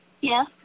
Yes